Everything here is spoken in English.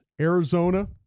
Arizona